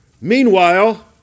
Meanwhile